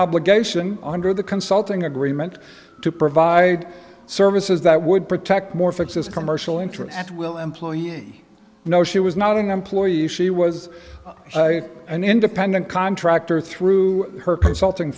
obligation under the consulting agreement to provide services that would protect more fixes commercial interests at will employee no she was not an employee she was an independent contractor through her consulting